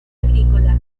agrícola